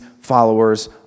followers